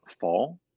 fall